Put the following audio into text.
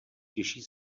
těží